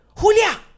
Julia